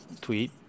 tweet